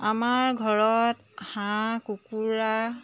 আমাৰ ঘৰত হাঁহ কুকুৰা